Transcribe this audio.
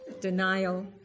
denial